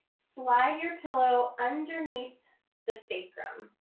slide your pillow underneath the sacrum.